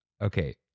okay